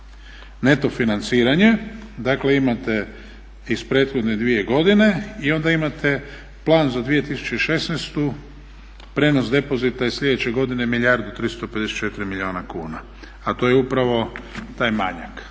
neto financiranje, dakle imate iz prethodne dvije godine i onda imate plan za 2016.prijenos depozita iz slijedeće godine 1 milijardu 354 milijuna kuna a to je upravo taj manjak.